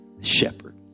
shepherd